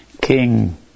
King